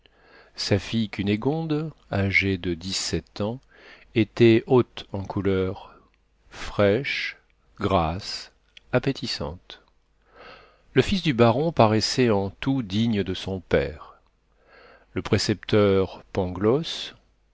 sa fille cunégonde âgée de dix-sept ans était haute en couleur fraîche grasse appétissante le fils du baron paraissait en tout digne de son père le précepteur pangloss